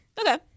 Okay